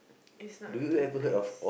is not really nice